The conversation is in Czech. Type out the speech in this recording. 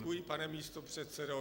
Děkuji, pane místopředsedo.